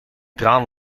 traan